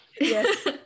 yes